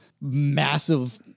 massive